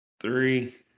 Three